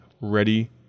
Ready